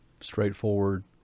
straightforward